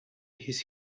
his